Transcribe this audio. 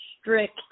strict